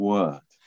Word